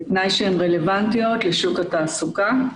בתנאי שהן רלוונטיות לשוק התעסוקה.